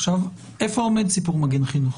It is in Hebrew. איפה עומד הסיפור של מגן חינוך?